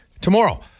tomorrow